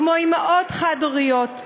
כמו אימהות חד-הוריות,